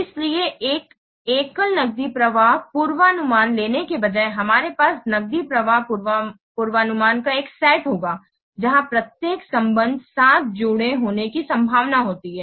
इसलिए एक एकल नकदी प्रवाह पूर्वानुमान लेने के बजाय हमारे पास नकदी प्रवाह पूर्वानुमान का एक सेट होगा जहां प्रत्येक संबद्ध साथ जुड़े होने की सम्भावना होती है